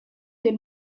den